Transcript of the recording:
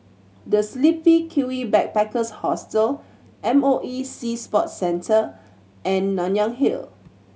The Sleepy Kiwi Backpackers Hostel M O E Sea Sports Centre and Nanyang Hill